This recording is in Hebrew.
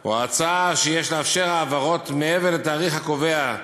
או ההצעה שיש לאפשר העברות מעבר לתאריך הקובע,